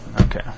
Okay